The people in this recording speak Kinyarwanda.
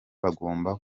bagomba